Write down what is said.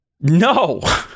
No